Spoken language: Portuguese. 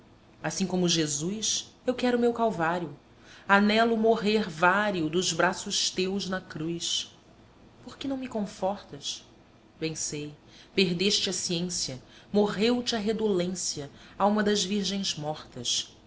assim como jesus eu quero o meu calvário anelo morrer vário dos braços teus na cruz porque não me confortas bem sei perdeste a ciência morreu te a redolência alma das virgens mortas